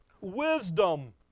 Wisdom